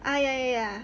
ah ya ya ya ya